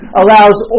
allows